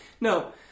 No